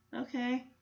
Okay